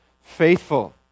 faithful